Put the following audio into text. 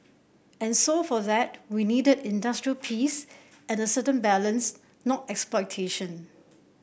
and so for that we needed industrial peace and a certain balance not exploitation